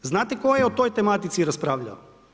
Znate tko je o toj tematici raspravljao?